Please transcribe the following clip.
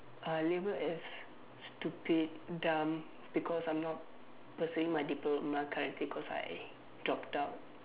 I labelled as stupid dumb because I'm not pursuing my diploma currently cause I dropped out